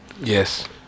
Yes